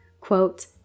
Quote